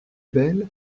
belle